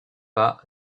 pas